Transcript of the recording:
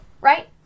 right